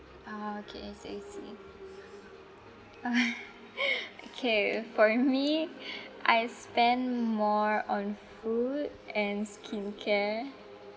ah okay I see I see okay for me I spend more on food and skincare